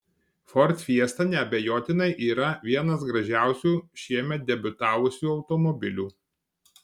ford fiesta neabejotinai yra vienas gražiausių šiemet debiutavusių automobilių